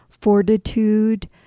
fortitude